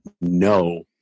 no